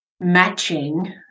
matching